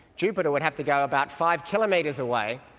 jupiter would have to go about five kilometres away,